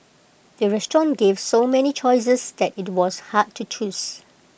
the restaurant gave so many choices that IT was hard to choose